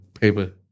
paper